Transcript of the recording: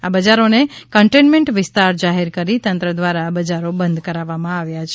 આ બજારોને કન્ટેનમેન્ટ વિસ્તાર જાહેર કરી તંત્ર દ્વારા બજારો બંધ કરાવવામાં આવ્યા છે